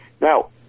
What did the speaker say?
Now